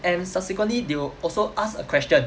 and subsequently they will also ask a question